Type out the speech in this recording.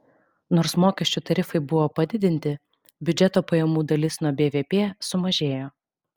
nors mokesčių tarifai buvo padidinti biudžeto pajamų dalis nuo bvp sumažėjo